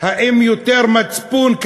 האם קיים יותר מצפון?